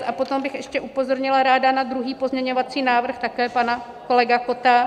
A potom bych ještě upozornila ráda na druhý pozměňovací návrh, také pana kolegy Kotta.